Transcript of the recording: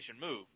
Move